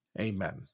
amen